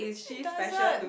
it doesn't